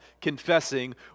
confessing